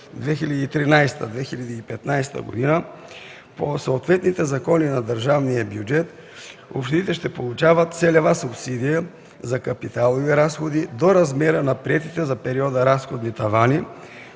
2013–2015 г. по съответните закони за държавния бюджет общините ще получават целева субсидия за капиталови разходи до размера на приетите за периода разходни тавани,